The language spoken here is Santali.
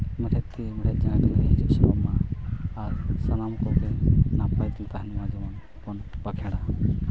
ᱢᱮᱲᱦᱮᱫ ᱛᱤ ᱢᱮᱲᱦᱮᱫ ᱡᱟᱸᱜᱟᱛᱮ ᱦᱤᱡᱩᱜ ᱥᱮᱱᱚᱜ ᱢᱟ ᱟᱨ ᱥᱟᱱᱟᱢ ᱠᱚᱜᱮ ᱱᱟᱯᱟᱭᱛᱮ ᱛᱟᱦᱮᱱ ᱢᱟ ᱡᱮᱢᱚᱱ ᱵᱚᱱ ᱵᱟᱠᱷᱮᱲᱟ